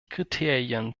kriterien